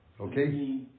Okay